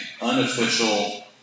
Unofficial